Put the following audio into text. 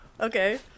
Okay